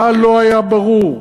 מה לא היה ברור?